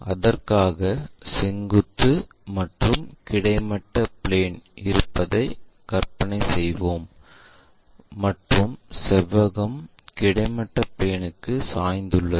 அதற்காக செங்குத்து மற்றும் கிடைமட்ட பிளேன் இருப்பதைக் கற்பனை செய்வோம் மற்றும் செவ்வகம் கிடைமட்ட பிளேன்ற்கு சாய்ந்துள்ளது